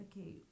okay